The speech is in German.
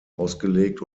ausgelegt